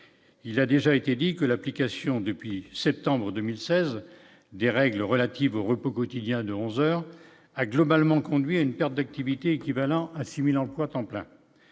il a déjà été dit que l'application depuis septembre 2016, des règles relatives au repos quotidien de 11 heures à globalement conduit à une perte d'activité équivalant à 6000 emplois temps plein